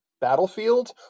battlefield